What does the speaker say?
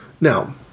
Now